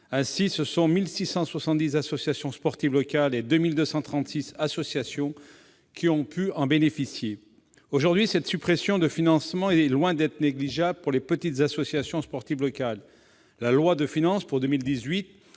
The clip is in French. Ainsi, ce sont 1 670 associations sportives locales et 2 236 associations qui ont pu en bénéficier. Aujourd'hui, cette suppression de financement est loin d'être négligeable pour les petites associations sportives locales. La loi de finances pour 2018